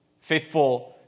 Faithful